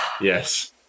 Yes